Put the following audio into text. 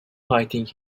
fighting